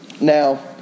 now